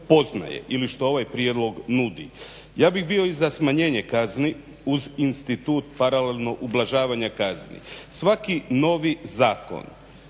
ili što ovaj prijedlog nudi. Ja bih bio i za smanjenje kazni uz institut paralelno ublažavanja kazni. Svaki novi zakon